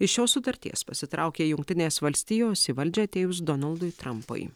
iš šios sutarties pasitraukė jungtinės valstijos į valdžią atėjus donaldui trampui